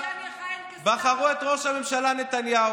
אף לא אחד מהם הצביע לדיקטטורה.